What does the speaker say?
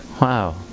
wow